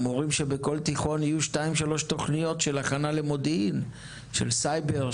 בכל תיכון אמורות להיות 3-2 תוכניות של הכנה למודיעין: של סייבר,